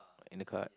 in a card